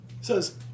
Says